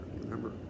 remember